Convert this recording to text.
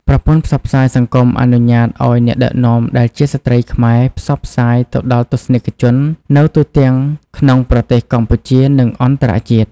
ប្រព័ន្ធផ្សព្វផ្សាយសង្គមអនុញ្ញាតឱ្យអ្នកដឹកនាំដែលជាស្ត្រីខ្មែរផ្សព្វផ្សាយទៅដល់ទស្សនិកជននៅទូទាំងក្នុងប្រទេសកម្ពុជា និងអន្តរជាតិ។